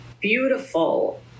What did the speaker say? beautiful